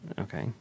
okay